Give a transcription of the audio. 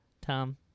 Tom